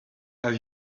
have